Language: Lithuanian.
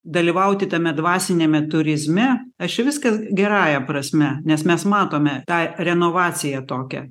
dalyvauti tame dvasiniame turizme aš čia viską gerąja prasme nes mes matome tą renovaciją tokią